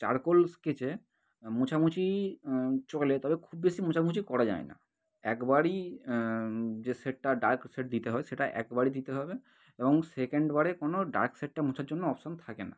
charcoal স্কেচে মোছামুছি চলে তবে খুব বেশি মোছামুছি করা যায় না একবারই যে শেডটা ডার্ক শেড দিতে হয় সেটা একবারই দিতে হবে এবং সেকেন্ড বারে কোনো ডার্ক শেডটা মোছার জন্য অপশান থাকে না